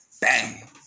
bang